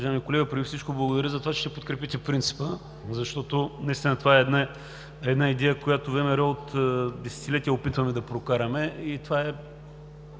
Уважаеми колега, преди всичко благодаря за това, че ще подкрепите принципа, защото наистина това е една идея, която от ВМРО десетилетия се опитваме да прокараме, и това е